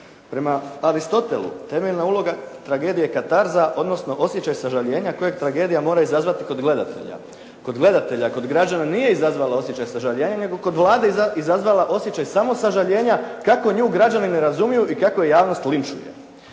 Prema Aristotelu, temeljna uloga tragedije je katarza, odnosno osjećaj sažaljenja kojeg tragedija mora izazvat kod gledatelja. Kod gledatelja, kod građana nije izazvalo osjećaj sažaljenja, nego je kod Vlade izazvala osjećaj samosažaljenja kako nju građani ne razumiju i kako je javnost linčuje.